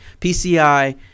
PCI